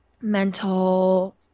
mental